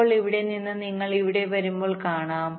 ഇപ്പോൾ ഇവിടെ നിന്ന് നിങ്ങൾ ഇവിടെ വരുമ്പോൾ കാണാം